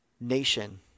nation